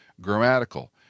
Grammatical